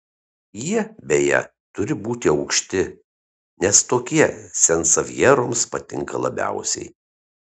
jie beje turi būti aukšti nes tokie sansevjeroms patinka labiausiai